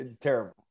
terrible